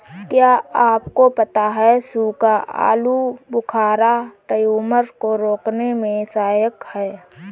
क्या आपको पता है सूखा आलूबुखारा ट्यूमर को रोकने में सहायक है?